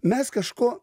mes kažko